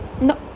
No